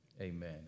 amen